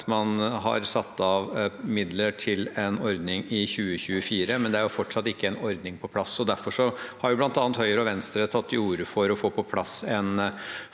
man nå har satt av midler til en ordning i 2024, men det er fortsatt ikke kommet en ordning på plass. Derfor har bl.a. Høyre og Venstre tatt til orde for å få på plass en